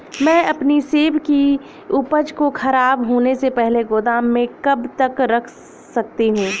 मैं अपनी सेब की उपज को ख़राब होने से पहले गोदाम में कब तक रख सकती हूँ?